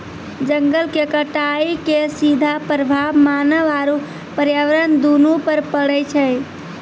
जंगल के कटाइ के सीधा प्रभाव मानव आरू पर्यावरण दूनू पर पड़ै छै